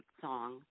song